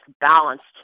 balanced